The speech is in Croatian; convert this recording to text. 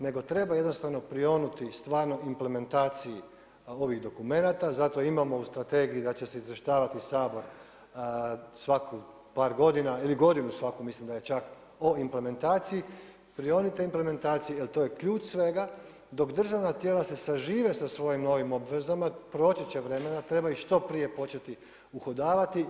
Nego treba jednostavno prionuti stvarnoj implementaciji ovih dokumenata, zato imamo u strategiji da će se izvještavati Sabor svaku par godina ili godinu svaku, mislim da je čak o implementaciji, prionite implementaciji, jer to je ključ svega, dok državna tijela se sažive sa svojim novim obvezama, proći će vremena treba ih što prije početi uhodavati.